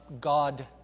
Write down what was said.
God